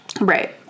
Right